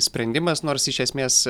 sprendimas nors iš esmės